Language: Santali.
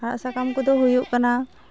ᱟᱲᱟᱜᱼᱥᱟᱠᱟᱢ ᱠᱚᱫᱚ ᱦᱩᱭᱩᱜ ᱠᱟᱱᱟ